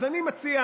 אז אני מציע